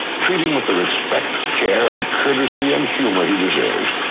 treat him with the respect, care, and courtesy and humor he deserves.